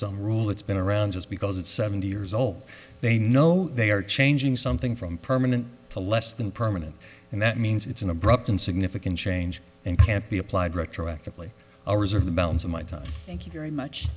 some rule that's been around just because it's seventy years old they know they are changing something from permanent to less than permanent and that means it's an abrupt and significant change and can't be applied retroactively i reserve the balance of my time thank you very much